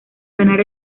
ganar